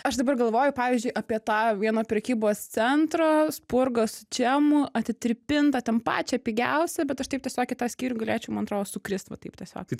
aš dabar galvoju pavyzdžiui apie tą vieną prekybos centro spurgos čia mu atitirpintą ten pačią pigiausią bet aš taip tiesiog į tą skyrių galėčiau man atrodo sukrist va taip tiesiog